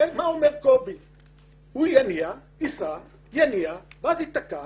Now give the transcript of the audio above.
מה עונה קובי : "הוא יניע, ייסע, יניע ואז יתקע